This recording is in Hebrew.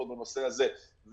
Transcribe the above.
לפחות בנושא הזה,